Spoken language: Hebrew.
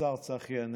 השר צחי הנגבי.